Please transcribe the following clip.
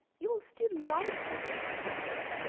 you will still likely get distracted,